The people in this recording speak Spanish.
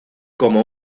como